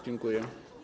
Dziękuję.